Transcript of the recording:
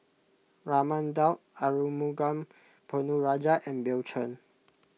Raman Daud Arumugam Ponnu Rajah and Bill Chen